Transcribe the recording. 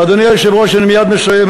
אדוני היושב-ראש, אני מייד מסיים.